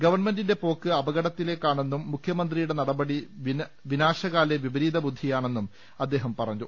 ഗവൺമെന്റിന്റെ പോക്ക് അപകടത്തിലേക്കാ ണെന്നും മുഖൃമന്ത്രിയുടെ നടപടി വിനാശകാലേ വിപ രീത ബുദ്ധിയാണെന്നും അദ്ദേഹം പറഞ്ഞു